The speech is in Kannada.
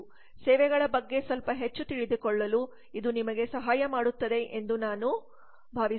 ಸೇವೆಗಳ ಬಗ್ಗೆ ಸ್ವಲ್ಪ ಹೆಚ್ಚು ತಿಳಿದುಕೊಳ್ಳಲು ಇದು ನಿಮಗೆ ಸಹಾಯ ಮಾಡುತ್ತದೆ ಎಂದು ನಾನು ಭಾವಿಸುತ್ತೇನೆ